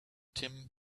tim